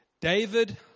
David